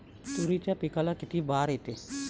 तुरीच्या पिकाले किती बार येते?